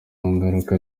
ngaruka